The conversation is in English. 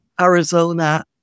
Arizona